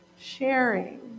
sharing